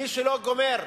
מי שלא גומר,